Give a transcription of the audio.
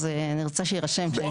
אז אני רוצה שיירשם.